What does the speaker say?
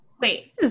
Wait